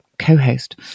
co-host